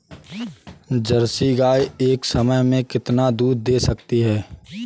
Jersey गाय एक समय में कितना दूध दे सकती है?